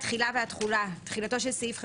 תחילה ותחולה 2. תחילתו של סעיף 50(א)(2)